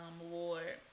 award